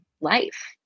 life